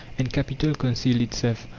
and capital concealed itself.